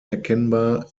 erkennbar